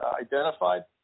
identified